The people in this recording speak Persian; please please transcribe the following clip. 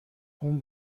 اون